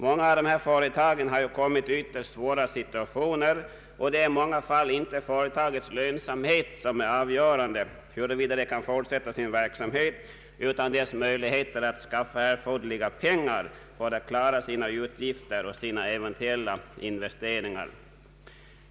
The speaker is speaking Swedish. Många av dessa företag har kommit i vtterst svåra situationer, och det är i många fall inte företagets lönsamhet som är avgörande för huruvida det kan fortsätta sin verksamhet utan dess möjligheter att skaffa erforderliga pengar för att klara sina utgifter och sina eventuella investeringar.